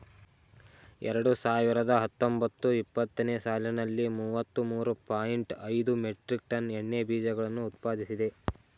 ಎರಡು ಸಾವಿರದ ಹತ್ತೊಂಬತ್ತು ಇಪ್ಪತ್ತನೇ ಸಾಲಿನಲ್ಲಿ ಮೂವತ್ತ ಮೂರು ಪಾಯಿಂಟ್ ಐದು ಮೆಟ್ರಿಕ್ ಟನ್ ಎಣ್ಣೆ ಬೀಜಗಳನ್ನು ಉತ್ಪಾದಿಸಿದೆ